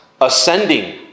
ascending